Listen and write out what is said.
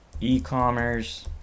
e-commerce